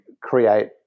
create